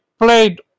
Played